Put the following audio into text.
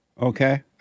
Okay